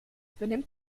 benimmt